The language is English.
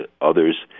others